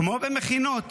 כמו במכינות